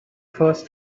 first